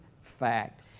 fact